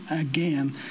again